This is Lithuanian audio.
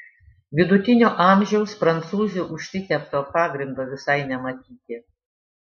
vidutinio amžiaus prancūzių užsitepto pagrindo visai nematyti